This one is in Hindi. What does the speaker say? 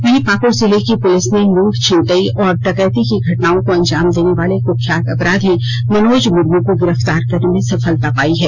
वहीं पाक्ड़ जिले की पुलिस ने लूट छिनतई और डकैती की घटनाओं को अंजाम देने वाले कृख्यात अपराधी मनोज मुर्म को गिरफ्तार करने में सफलता पायी है